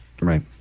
Right